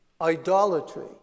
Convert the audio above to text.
idolatry